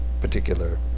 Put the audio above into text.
particular